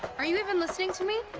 are you even listening to me?